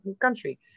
country